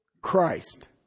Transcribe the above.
Christ